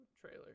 trailer